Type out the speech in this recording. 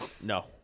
No